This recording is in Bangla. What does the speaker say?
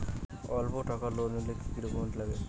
অল্প টাকার লোন নিলে কি কি ডকুমেন্ট লাগে?